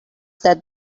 that